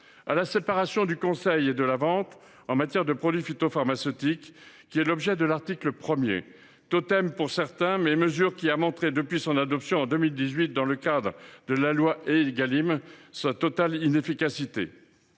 à la séparation entre conseil et vente en matière de produits phytopharmaceutiques, qui fait l’objet de l’article 1. Totem pour certains, cette mesure a montré, depuis son adoption en 2018 dans le cadre de la loi Égalim, sa totale inefficacité.